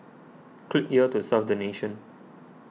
click here to serve the nation